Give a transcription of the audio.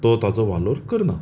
तो ताचो वालोर करना